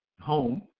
home